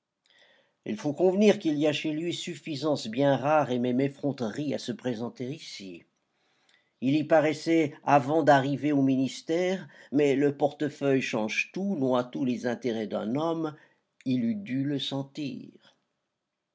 il faut convenir qu'il y a chez lui suffisance bien rare et même effronterie à se présenter ici il y paraissait avant d'arriver au ministère mais le portefeuille change tout noie tous les intérêts d'un homme il eût dû le sentir